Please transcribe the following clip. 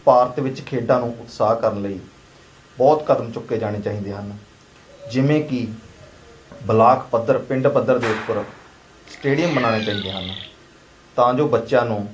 ਭਾਰਤ ਵਿੱਚ ਖੇਡਾਂ ਨੂੰ ਉਤਸ਼ਾਹ ਕਰਨ ਲਈ ਬਹੁਤ ਕਦਮ ਚੁੱਕੇ ਜਾਣੇ ਚਾਹੀਦੇ ਹਨ ਜਿਵੇਂ ਕਿ ਬਲਾਕ ਪੱਧਰ ਪਿੰਡ ਪੱਧਰ ਦੇ ਉੱਪਰ ਸਟੇਡੀਅਮ ਬਣਾਉਣੇ ਚਾਹੀਦੇ ਹਨ ਤਾਂ ਜੋ ਬੱਚਿਆਂ ਨੂੰ